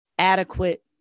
adequate